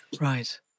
Right